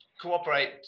cooperate